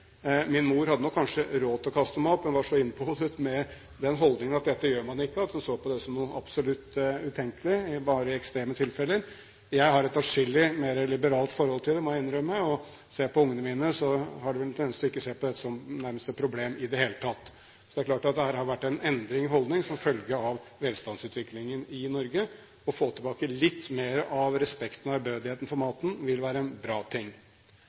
Min mor hadde nok kanskje råd til å kaste mat, men var så innpodet med den holdning at dette gjør man ikke, at hun så på det som noe absolutt utenkelig – bare i ekstreme tilfeller. Jeg har et atskillig mer liberalt forhold til det, må jeg innrømme, og ungene mine har en tendens til ikke å se på dette som et problem i det hele tatt. Så det er klart at det har vært en endring i holdninger som følge av velstandsutviklingen i Norge. Å få tilbake litt mer av respekten og ærbødigheten for maten vil være en bra ting.